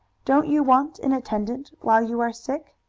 don't you want an attendant while you are sick?